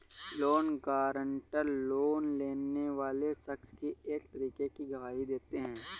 loan guarantor, loan लेने वाले शख्स की एक तरीके से गवाही देते हैं